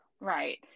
Right